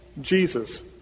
Jesus